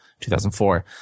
2004